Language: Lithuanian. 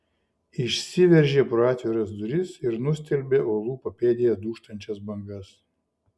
išsiveržė pro atviras duris ir nustelbė uolų papėdėje dūžtančias bangas